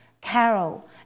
Carol